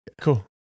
Cool